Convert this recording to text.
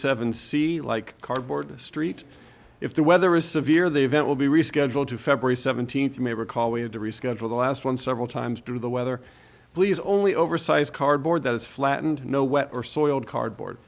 seven c like cardboard street if the weather is severe the event will be rescheduled to february seventeenth you may recall we had to reschedule the last one several times during the weather please only oversize cardboard that was flattened no wet or soiled cardboard